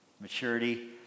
maturity